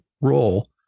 role